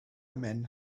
men